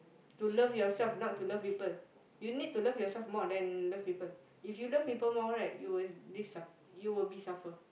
to love yourself not to love people you need to love yourself more than love people if you love people more right you will live suffer you will be suffer